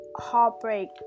heartbreak